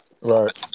right